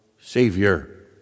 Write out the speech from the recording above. Savior